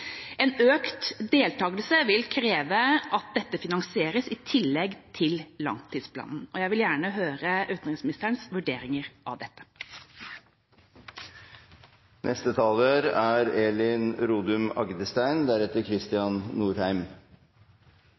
Økt deltakelse vil kreve at dette finansieres i tillegg til langtidsplanen. Jeg vil gjerne høre utenriksministerens vurderinger av dette.